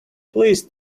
please